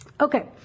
Okay